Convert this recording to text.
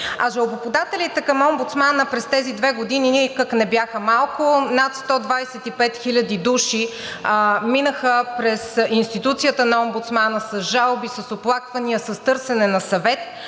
Жалбоподателите към омбудсмана през тези две години никак не бяха малко – над 125 хиляди души минаха през институцията на омбудсмана с жалби, с оплаквания, с търсене на съвет.